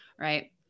Right